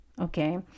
okay